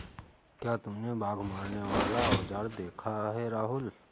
क्या तुमने बाघ मारने वाला औजार देखा है राहुल?